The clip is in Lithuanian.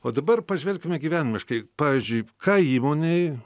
o dabar pažvelkime gyvenimiškai pavyzdžiui ką įmonei